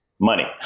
money